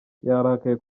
yarakaye